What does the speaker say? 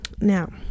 Now